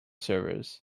servers